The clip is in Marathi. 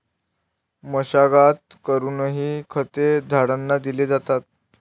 मशागत करूनही खते झाडांना दिली जातात